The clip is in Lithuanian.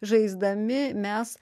žaisdami mes